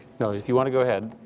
if you want to go ahead